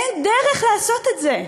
אין דרך לעשות את זה.